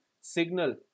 signal